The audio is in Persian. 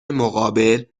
مقابل